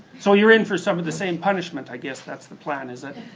so you're in for some of the same punishment, i guess that's the plan, is it?